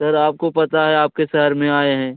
sir आपको पता है आपके शहर में आए हैं